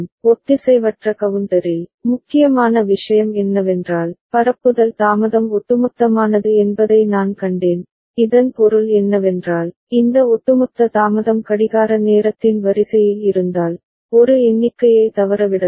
ஒத்திசைவற்ற கவுண்டரில் முக்கியமான விஷயம் என்னவென்றால் பரப்புதல் தாமதம் ஒட்டுமொத்தமானது என்பதை நான் கண்டேன் இதன் பொருள் என்னவென்றால் இந்த ஒட்டுமொத்த தாமதம் கடிகார நேரத்தின் வரிசையில் இருந்தால் ஒரு எண்ணிக்கையை தவறவிடலாம்